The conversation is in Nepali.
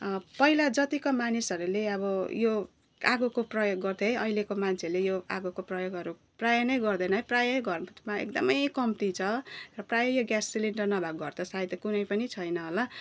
पहिला जतिको मानिसहरूले अब यो आगोको प्रयोग गर्थ्यो है अहिलेको मान्छेहरूले यो आगोको प्रयोगहरू प्राय नै गर्दैन प्राय घरमा एकदमै कम्ती छ प्राय यो ग्यास सिलिन्डर नभएको घर त सायद कुनै पनि छैन होला